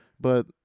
but-